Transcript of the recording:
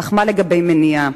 אך מה לגבי מניעה?